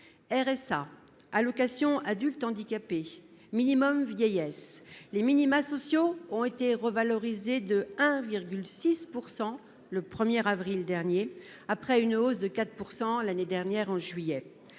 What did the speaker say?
RSA allocation adulte handicapé. Minimum vieillesse, les minima sociaux ont été revalorisées de 1,6%. Le premier avril dernier après une hausse de 4% l'année dernière en juillet